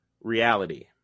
reality